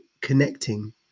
connecting